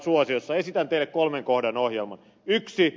esitän teille kolmen kohdan ohjelman